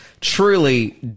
truly